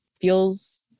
feels